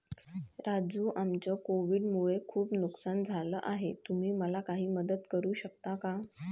राजू आमचं कोविड मुळे खूप नुकसान झालं आहे तुम्ही मला काही मदत करू शकता का?